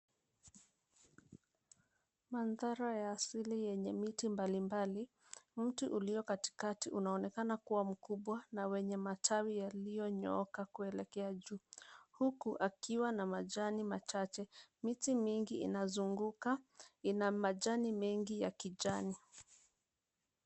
Mandhari ya asili yenye miti mbalimbali, mti uliokatikati unaonekana kua mkubwa na wenye matawi yaliyonyooka kuelekea juu. Huku akiwa na majani machache. Miti mingi inazunguka ina majani mengi ya kijani.